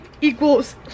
equals